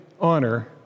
honor